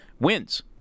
wins